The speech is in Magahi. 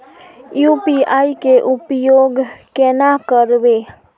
यु.पी.आई के उपयोग केना करबे?